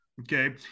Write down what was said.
okay